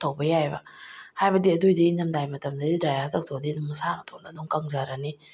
ꯇꯧꯕ ꯌꯥꯏꯌꯦꯕ ꯍꯥꯏꯕꯗꯤ ꯑꯗꯨꯑꯣꯏꯔꯗꯤ ꯏꯪꯊꯝꯊꯥꯒꯤ ꯃꯇꯝꯗꯗꯤ ꯗ꯭ꯔꯥꯏꯌꯔ ꯇꯧꯊꯣꯛꯑꯗꯤ ꯑꯗꯨꯝ ꯃꯁꯥ ꯃꯇꯣꯝꯇ ꯑꯗꯨꯝ ꯀꯪꯖꯔꯅꯤ